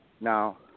Now